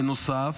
בנוסף,